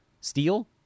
Steel